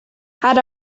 had